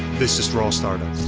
this is raw startup.